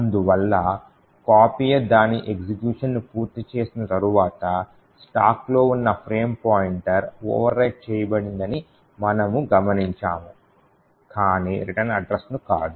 అందువల్ల copier దాని execution ను పూర్తి చేసిన తర్వాత స్టాక్లో ఉన్న ఫ్రేమ్ పాయింటర్ ఓవర్ రైట్ చేయబడిందని మనము గమనించాము కాని రిటర్న్ అడ్రస్ ను కాదు